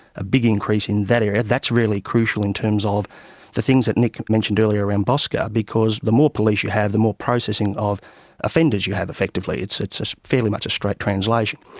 a big increase in that area. that's really crucial in terms of the things that nick mentioned earlier around bosca, because the more police you have, the more processing of offenders you have, effectively it's a fairly much a straight translation.